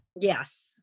Yes